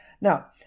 now